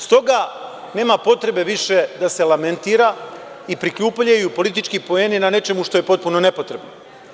Stoga, nema potrebe više da se lamentira i prikupljaju politički poeni na nečemu što je potpuno nepotrebno.